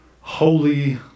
holy